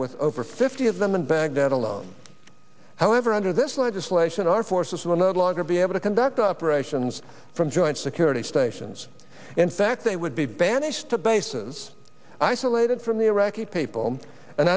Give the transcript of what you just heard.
with over fifty of them in baghdad alone however under this legislation our forces will no longer be able to conduct operations from joint security stations in fact they would be banished to bases isolated from the iraqi people and